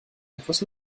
etwas